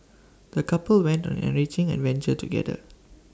the couple went on an enriching adventure together